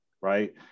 right